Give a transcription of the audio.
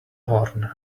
horn